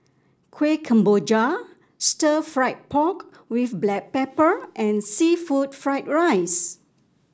Kuih Kemboja Stir Fried Pork with Black Pepper and seafood Fried Rice